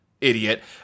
idiot